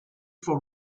for